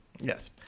yes